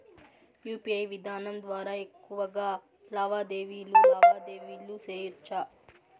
UPI విధానం ద్వారా ఎక్కువగా లావాదేవీలు లావాదేవీలు సేయొచ్చా?